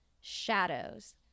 Shadows